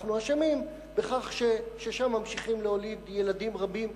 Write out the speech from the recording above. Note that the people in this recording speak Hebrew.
אנחנו אשמים בכך ששם ממשיכים להוליד ילדים רבים,